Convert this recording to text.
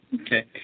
Okay